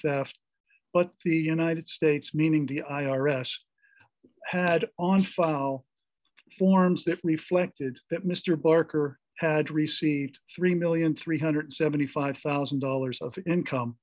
fast but the united states meaning the i r s had on file forms that reflected that mr barker had received three million three hundred and seventy five thousand dollars of income